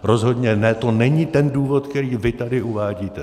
Rozhodně to není ten důvod, který vy tady uvádíte.